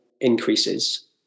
increases